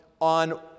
on